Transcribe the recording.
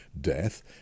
death